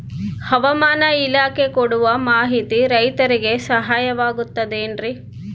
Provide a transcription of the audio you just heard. ಹವಮಾನ ಇಲಾಖೆ ಕೊಡುವ ಮಾಹಿತಿ ರೈತರಿಗೆ ಸಹಾಯವಾಗುತ್ತದೆ ಏನ್ರಿ?